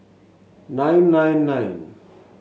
nine nine nine